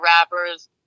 rappers